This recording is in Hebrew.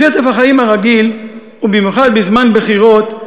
בשטף החיים הרגיל, ובמיוחד בזמן בחירות,